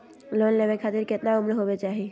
Loan लेवे खातिर केतना उम्र होवे चाही?